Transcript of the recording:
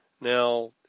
Now